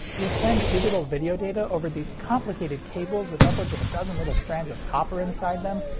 we send digital video data over these complicated cables with upwards of a dozen little strands of copper inside them.